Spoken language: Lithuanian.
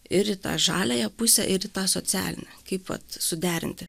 ir į tą žaliąją pusę ir į tą socialinę kaip vat suderinti